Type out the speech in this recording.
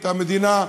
את המדינה,